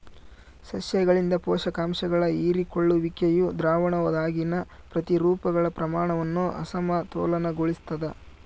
ಸಸ್ಯಗಳಿಂದ ಪೋಷಕಾಂಶಗಳ ಹೀರಿಕೊಳ್ಳುವಿಕೆಯು ದ್ರಾವಣದಾಗಿನ ಪ್ರತಿರೂಪಗಳ ಪ್ರಮಾಣವನ್ನು ಅಸಮತೋಲನಗೊಳಿಸ್ತದ